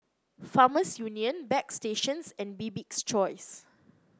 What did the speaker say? Farmers Union Bagstationz and Bibik's Choice